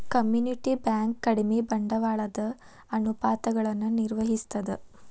community bank ಕಡಿಮಿ ಬಂಡವಾಳದ ಅನುಪಾತಗಳನ್ನ ನಿರ್ವಹಿಸ್ತದ